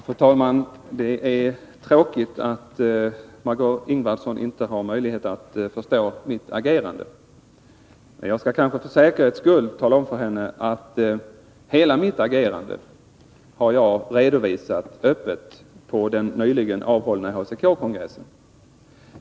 Fru talman! Det är tråkigt att Margöé Ingvardsson inte har möjlighet att förstå mitt agerande. För säkerhets skull skall jag tala om för Margö Ingvardsson att hela mitt agerande har jag redovisat öppet på den nyligen avhållna HCK-kongressen.